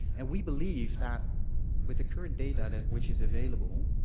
and we believe that with the current data which is available,